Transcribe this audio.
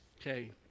okay